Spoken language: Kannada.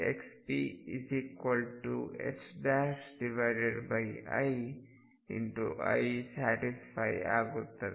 px xpiIಸ್ಯಾಟಿಸ್ಫೈ ಆಗುತ್ತದೆ